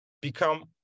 become